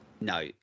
No